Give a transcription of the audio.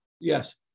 Yes